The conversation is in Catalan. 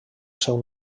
seu